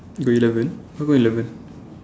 got eleven how come eleven